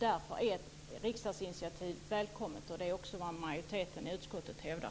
Därför är ett riksdagsinitiativ välkommet, och det är också vad majoriteten i utskottet hävdar.